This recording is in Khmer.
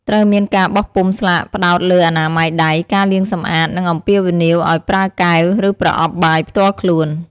ត្រូវមានការបោះពុម្ពស្លាកផ្តោតលើអនាម័យដៃ ការលាងសម្អាត និងអំពាវនាវឲ្យប្រើកែវ ឬប្រអប់បាយផ្ទាល់ខ្លួន ។